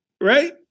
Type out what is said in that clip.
right